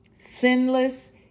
sinless